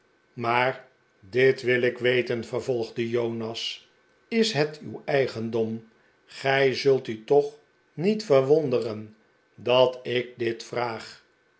maar dit wil ik weten vervolgde jonas is het uw eigendom gij zult u toch niet verwonderen dat ik dit vraag